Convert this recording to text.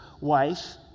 wife